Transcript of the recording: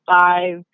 Five